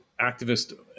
activist